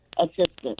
assistant